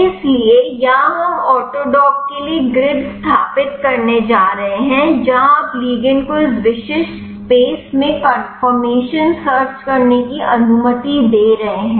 इसलिए यहां हम ऑटोडॉक के लिए ग्रिड स्थापित करने जा रहे हैं जहां आप लिगंड को इस विशिष्ठ स्पेस में कन्फर्मेशन सर्च करने की अनुमति दे रहे हैं